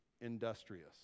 industrious